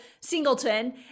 singleton